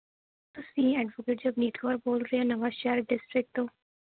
ਤੁਸੀਂ ਐਡਵੋਕੇਟ ਜਗਮੀਤ ਕੌਰ ਬੋਲ ਰਹੇ ਓਂ ਨਵਾਂ ਸ਼ਹਿਰ ਡਿਸਟਿਕ ਤੋਂ